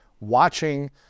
watching